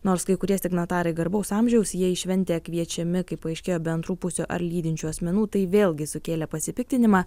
nors kai kurie signatarai garbaus amžiaus jie į šventę kviečiami kaip paaiškėjo be antrų pusių ar lydinčių asmenų tai vėlgi sukėlė pasipiktinimą